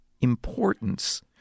importance